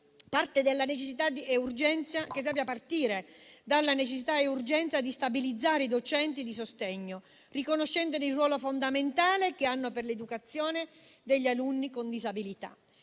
partire dalla necessità e dall'urgenza di stabilizzare i docenti di sostegno, riconoscendone il ruolo fondamentale che hanno per l'educazione degli alunni con disabilità.